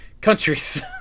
countries